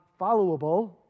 followable